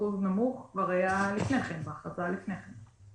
אחוז נמוך כבר היה לפני כן, בהכרזה שלפני כן.